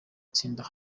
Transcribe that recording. itsinda